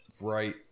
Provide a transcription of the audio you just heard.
right